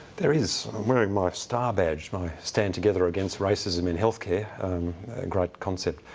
there is. i'm wearing my star badge my stand together against racism in healthcare. a great concept.